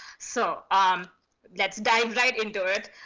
so um let's dive right into it.